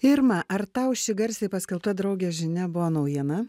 irma ar tau ši garsiai paskelbta draugės žinia buvo naujiena